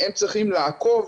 והם צריכים לעקוב